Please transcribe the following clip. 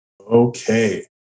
okay